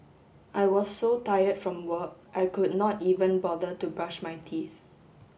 I was so tired from work I could not even bother to brush my teeth